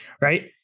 Right